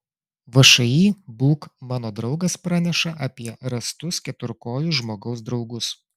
všį būk mano draugas praneša apie rastus keturkojus žmogaus draugus